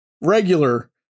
regular